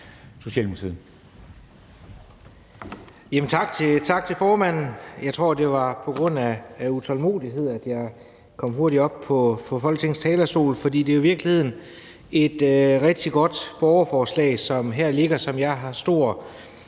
Tak til formanden. Jeg tror, det var på grund af utålmodighed, at jeg kom så hurtigt op på Folketingets talerstol, for det er jo i virkeligheden et rigtig godt borgerforslag, som ligger her, og som jeg har stor